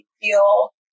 feel